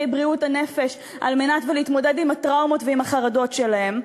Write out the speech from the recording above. בריאות הנפש על מנת להתמודד עם הטראומות ועם החרדות שלהם.